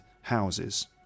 houses